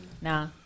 nah